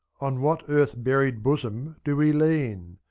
on what earth-buried bosom do we lean?